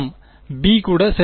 மாணவர் b கூட சரி